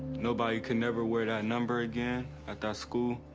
nobody can never wear that number again at that school.